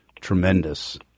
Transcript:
tremendous